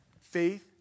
Faith